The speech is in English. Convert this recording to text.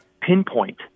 pinpoint